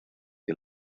que